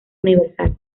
universal